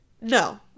No